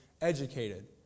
educated